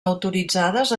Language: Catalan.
autoritzades